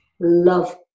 love